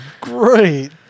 great